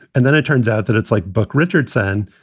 and then it turns out that it's like buck richardson,